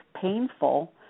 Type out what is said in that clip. painful